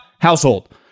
household